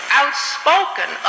outspoken